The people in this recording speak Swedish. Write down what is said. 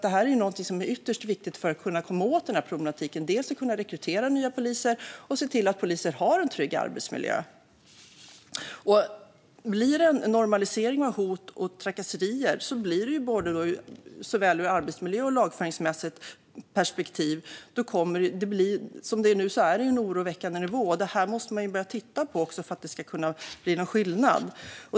Det är alltså ytterst viktigt att komma åt denna problematik. Det handlar om att kunna rekrytera nya poliser och om att se till att poliser har en trygg arbetsmiljö. Blir det en normalisering av hot och trakasserier är det oroväckande både med tanke på arbetsmiljön och ur ett lagföringsmässigt perspektiv. Som det är nu är det en oroväckande nivå. Man måste börja titta på detta för att det ska kunna bli någon skillnad.